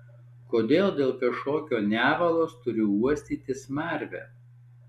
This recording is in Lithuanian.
kodėl dėl kažkokio nevalos turiu uostyti smarvę